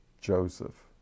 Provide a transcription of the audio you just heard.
Joseph